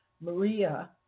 Maria